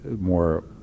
more